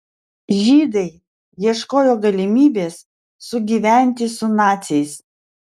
žydai ieškojo galimybės sugyventi su naciais